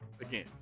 again